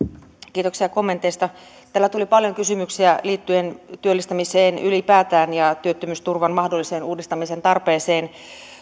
kiitoksia kommenteista täällä tuli paljon kysymyksiä liittyen työllistämiseen ylipäätään ja työttömyysturvan mahdolliseen uudistamisen tarpeeseen